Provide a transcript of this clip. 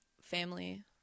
family